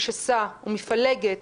משסה ומפלגת,